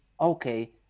okay